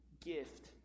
gift